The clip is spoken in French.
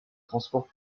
transports